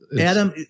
Adam